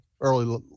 early